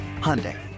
Hyundai